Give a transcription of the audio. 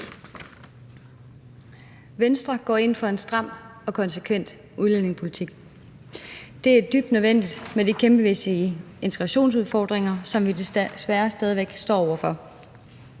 Venstre går ind for en stram og konsekvent udlændingepolitik. Det er dybt nødvendigt med de kæmpemæssige integrationsudfordringer, som vi desværre stadig væk står over for.